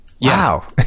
wow